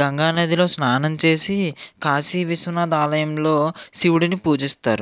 గంగా నదిలో స్నానం చేసి కాశీ విశ్వనాథ ఆలయంలో శివుడిని పూజిస్తారు